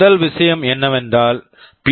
முதல் விஷயம் என்னவென்றால் பி